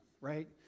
right